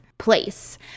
place